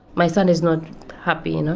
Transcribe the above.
my son is not happy, you know?